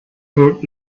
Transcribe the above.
heard